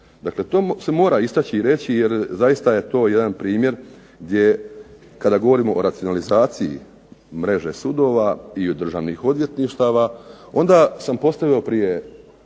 Dakle, to se mora istaći i reći jer zaista je to jedan primjer gdje, kada govorimo o racionalizaciji mreže sudova i državnih odvjetništava onda sam postavio prije